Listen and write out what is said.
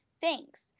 thanks